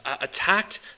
attacked